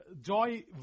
joy